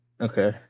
Okay